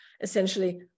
essentially